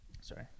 sorry